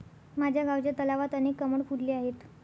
माझ्या गावच्या तलावात अनेक कमळ फुलले आहेत